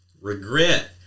Regret